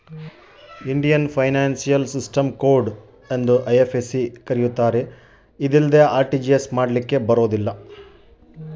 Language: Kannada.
ಐ.ಎಫ್.ಎಸ್.ಸಿ ಕೋಡ್ ಅಂದ್ರೇನು ಮತ್ತು ಅದಿಲ್ಲದೆ ಆರ್.ಟಿ.ಜಿ.ಎಸ್ ಮಾಡ್ಲಿಕ್ಕೆ ಬರ್ತೈತಾ?